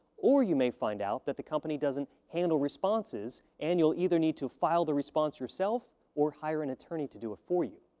or you may find out that the company doesn't handle responses. and you'll either need to file the response yourself or hire an attorney to do it for you.